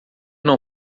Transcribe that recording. não